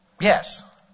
Yes